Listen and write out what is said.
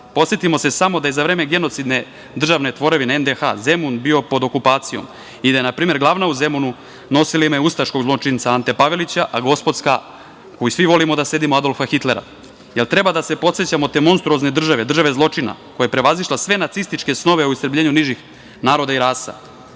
se samo da je za vreme genocidne državne tvorevine NDH Zemun bio pod okupacijom i da je, na primer, Glavna u Zemunu nosila ime ustaškog zločinca Antea Pavelića, a Gospodska, u kojoj svi volimo da sedimo, Adolfa Hitlera. Da li treba da se podsećamo te monstruozne, države zločina koja je prevazišla sve nacističke snove u istrebljenju nižih naroda i rasa,